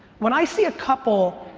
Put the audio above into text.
when i see a couple,